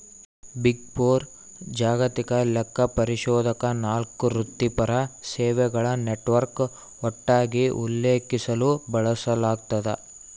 big four ಜಾಗತಿಕ ಲೆಕ್ಕಪರಿಶೋಧಕ ನಾಲ್ಕು ವೃತ್ತಿಪರ ಸೇವೆಗಳ ನೆಟ್ವರ್ಕ್ ಒಟ್ಟಾಗಿ ಉಲ್ಲೇಖಿಸಲು ಬಳಸಲಾಗ್ತದ